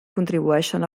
contribueixen